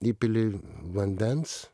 įpili vandens